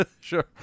sure